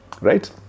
right